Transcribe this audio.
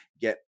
get